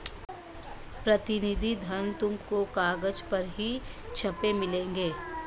प्रतिनिधि धन तुमको कागज पर ही छपे मिलेंगे